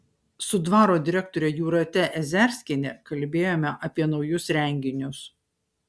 su dvaro direktore jūrate ezerskiene kalbėjome apie naujus renginius